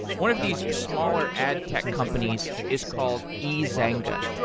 one of these smaller ad tech companies is called ezanga.